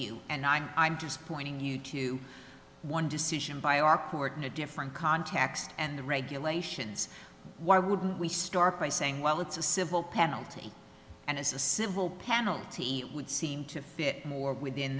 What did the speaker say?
you and i'm i'm just pointing you to one decision by our court in a different context and the regulations why wouldn't we start by saying well it's a civil penalty and it's a civil penalty it would seem to fit within